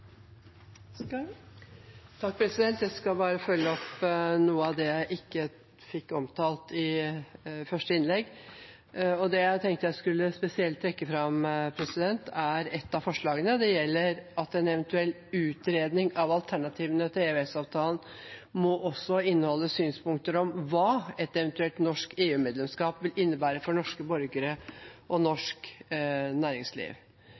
Jeg skal bare følge opp noe av det jeg ikke fikk omtalt i mitt første innlegg. Det jeg tenkte jeg spesielt skulle trekke fram, er ett av forslagene. Det gjelder at en eventuell utredning av alternativene til EØS-avtalen også må inneholde synspunkter på hva et eventuelt norsk EU-medlemskap vil innebære for norske borgere og norsk næringsliv.